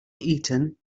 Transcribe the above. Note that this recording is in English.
eaten